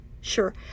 sure